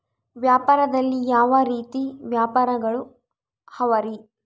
ವ್ಯಾಪಾರದಲ್ಲಿ ಯಾವ ರೇತಿ ವ್ಯಾಪಾರಗಳು ಅವರಿ?